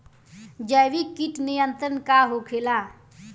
जैविक कीट नियंत्रण का होखेला?